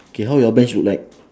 K how your bench look like